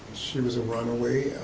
she was a runaway,